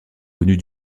connus